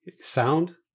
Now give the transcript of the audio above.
sound